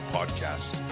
Podcast